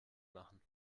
machen